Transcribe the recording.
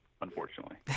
Unfortunately